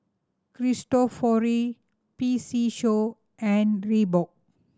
Cristofori P C Show and Reebok